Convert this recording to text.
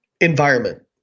environment